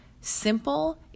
simple